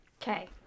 Okay